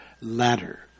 ladder